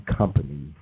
company